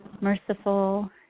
merciful